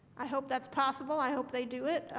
i hope that's possible. i hope they do it.